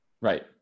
Right